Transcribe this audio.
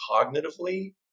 cognitively